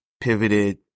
pivoted